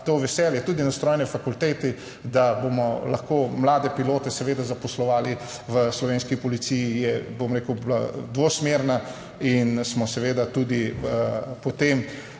to veselje, tudi na Strojni fakulteti, da bomo lahko mlade pilote seveda zaposlovali v Slovenski policiji je, bom rekel, bila dvosmerna in smo seveda tudi potem,